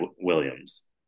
Williams